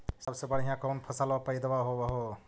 सबसे बढ़िया कौन फसलबा पइदबा होब हो?